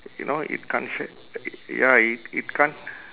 you know it can't shade ya it it can't